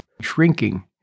shrinking